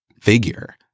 figure